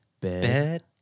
Bed